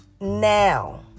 now